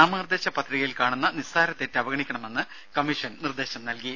നാമനിർദ്ദേശ പത്രികയിൽ കാണുന്ന നിസ്സാര തെറ്റ് അവഗണിക്കണമെന്ന് കമ്മീഷൻ നിർദ്ദേശം നൽകി